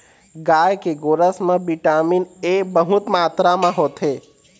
गाय के गोरस म बिटामिन ए बहुत मातरा म होथे